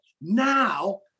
Now